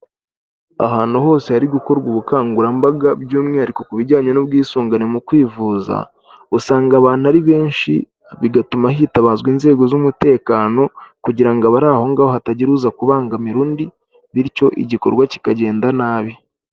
Ahantu hose hari gukorwa ubukangurambaga by'umwihariko ku bijyanye n'ubwisungane mu kwivuza, usanga abantu ari benshi bigatuma hitabazwa inzego z'umutekano kugira ngo abari aho ngaho hatagira uza kubangamira undi bityo igikorwa kikagenda nabi.